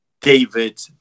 david